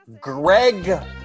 Greg